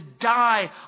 die